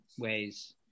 ways